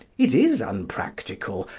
it is unpractical,